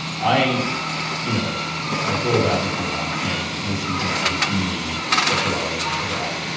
i you know, i've thought about this a lot. and this is now just me speculating about,